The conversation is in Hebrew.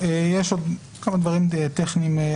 יש עוד כמה דברים טכניים.